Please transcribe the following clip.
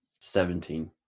Seventeen